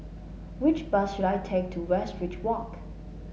which bus should I take to Westridge Walk